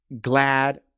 glad